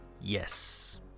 yes